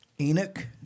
Enoch